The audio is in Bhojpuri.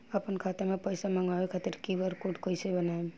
आपन खाता मे पैसा मँगबावे खातिर क्यू.आर कोड कैसे बनाएम?